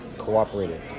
cooperated